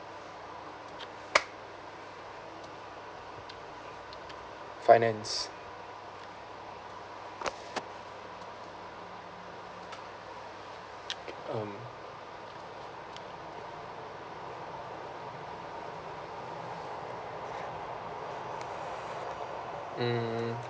finance um mm